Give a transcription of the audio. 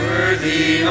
Worthy